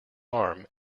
arm